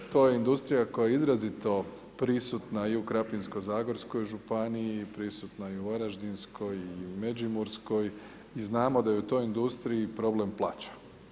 To je industrija koja je izrazito prisutna i u Krapinsko-zagorskoj županiji, prisutna je i u Varaždinskoj, i u Međimurskoj i znamo da je u toj industriji problem plaća.